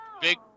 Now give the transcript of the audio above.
big